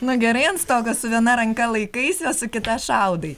nu gerai ant stogo su viena ranka laikaisi o su kita šaudai